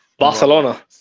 Barcelona